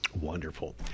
Wonderful